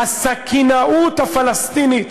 הסכינאות הפלסטינית,